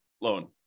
loan